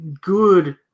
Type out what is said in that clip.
good